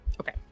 Okay